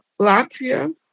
Latvia